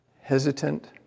hesitant